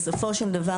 בסופו של דבר,